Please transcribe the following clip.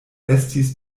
estis